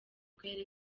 karere